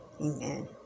Amen